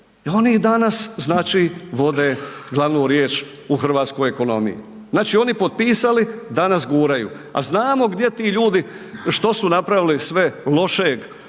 oni i danas vode glavnu riječ u hrvatskoj ekonomiji. Znači oni potpisali, danas guraju, a znamo što su sve ti ljudi napravili lošeg